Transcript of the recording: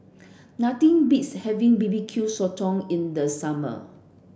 nothing beats having B B Q Sotong in the summer